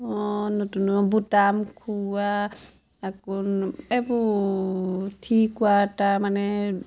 অঁ নতুন বুটাম খুওৱা আকৌ এইবোৰ থ্ৰী কোৱাৰ্টাৰ মানে